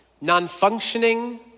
non-functioning